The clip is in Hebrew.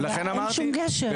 ואין שום גשר,